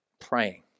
praying